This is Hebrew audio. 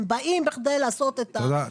הם באים בכדי לעשות את העקיצה.